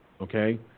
Okay